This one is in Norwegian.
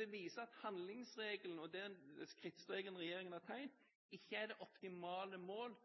Det viser at handlingsregelen og den krittstreken regjeringen har tegnet, ikke er det optimale mål